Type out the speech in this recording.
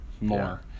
more